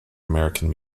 american